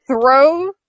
throw